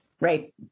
Right